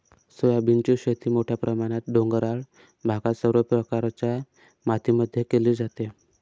सोयाबीनची शेती मोठ्या प्रमाणात डोंगराळ भागात सर्व प्रकारच्या मातीमध्ये केली जाते